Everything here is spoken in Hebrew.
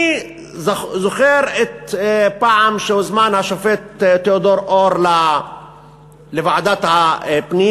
אני זוכר שפעם הוזמן השופט תיאודור אור לוועדת הפנים